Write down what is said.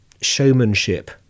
showmanship